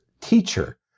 teacher